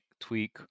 Tweak